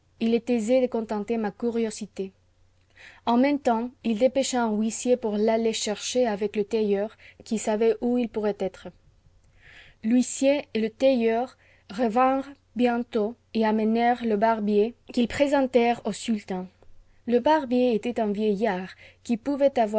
il est aisé de contenter ma curiosité en même temps il dépêcha un huissier pour l'aller chercher avec le tailleur qui savait où il pourrait être l'huissier et le tailleur revinrent bientôt et amenèrent le barbier qu'ils présentèrent au sultan le barbier était un vieillard qui pouvait